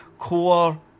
core